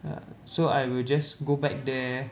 ya so I will just go back there